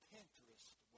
Pinterest